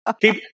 Keep